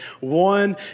One